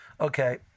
Okay